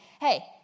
hey